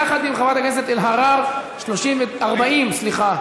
יחד עם חברת הכנסת אלהרר, 40 תומכים,